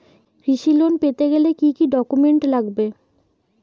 কৃষি লোন পেতে গেলে কি কি ডকুমেন্ট লাগবে?